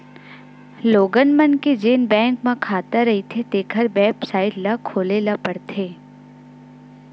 लोगन मन के जेन बैंक म खाता रहिथें तेखर बेबसाइट ल खोले ल परथे